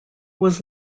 was